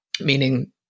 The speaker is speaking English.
Meaning